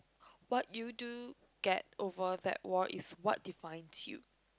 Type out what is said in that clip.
what you do get over that wall is what defines you